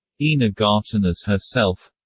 ina garten as herself